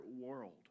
world